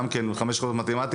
גם כן חמש יחידות במתמטיקה,